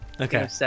Okay